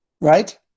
right